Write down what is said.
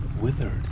withered